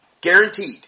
Guaranteed